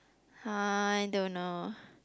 I don't know